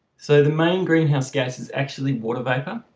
so the main greenhouse gas is actually water vapor